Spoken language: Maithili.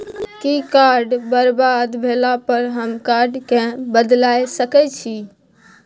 कि कार्ड बरबाद भेला पर हम कार्ड केँ बदलाए सकै छी?